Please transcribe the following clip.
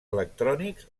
electrònics